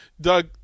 Doug